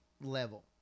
level